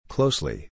Closely